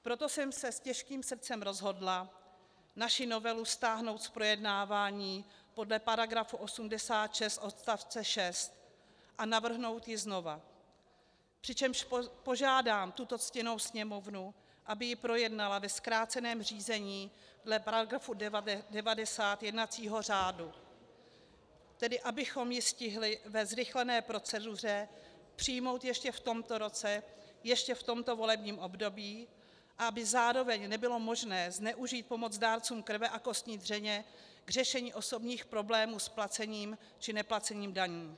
Proto jsem se s těžkým srdcem rozhodla naši novelu stáhnout z projednávání podle § 86 odst. 6 a navrhnout ji znova, přičemž požádám tuto ctěnou Sněmovnu, aby ji projednala ve zkráceném řízení dle § 90 jednacího řádu, tedy abychom ji stihli ve zrychlené proceduře přijmout ještě v tomto roce, ještě v tomto volebním období, a aby zároveň nebylo možné zneužít pomoc dárcům krve a kostní dřeně k řešení osobních problémů s placením či neplacením daní.